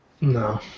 No